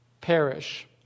perish